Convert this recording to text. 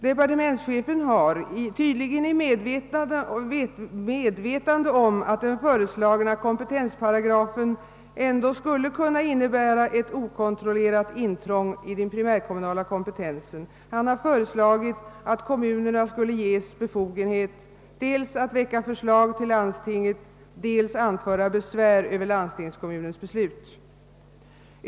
Departementschefen har, tydligen i medvetande om att den föreslagna kompetensparagrafen ändock skulle kunna innebära ett okontrollerat intrång i den primärkommunala kompetensen, föreslagit att kommunerna skulle ges befogenhet dels att väcka förslag till landstinget, dels att anföra besvär över landstingskommuns beslut.